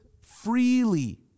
freely